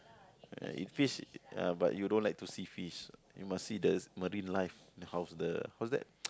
eat fish but you don't like to see fish you must see the marine life how's the what's that